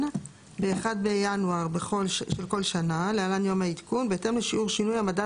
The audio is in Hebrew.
ב-1 בינואר של כל שנה (להלן יום העדכון) בהתאם לשיעור שינוי המדד